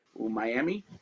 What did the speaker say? Miami